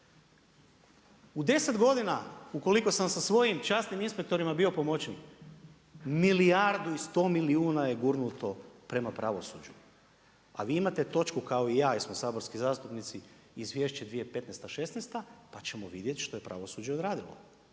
U 10 godina ukoliko sam sa svojim časnim inspektorima bio pomoćnik milijardu i sto milijuna je gurnuto prema pravosuđu, a vi imate točku kao i ja, jer smo saborski zastupnici Izvješće 2015., šesnaesta pa ćemo vidjeti što je pravosuđe odradilo.